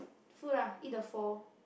food ah eat the pho